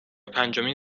پنجمین